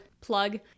plug